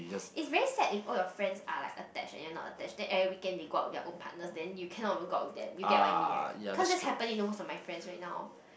it's very sad if all your friends are like attached and you're not attached then every weekend they go out with their own partners then you cannot even go out with them you get what I mean right cause that's happening to most of my friends right now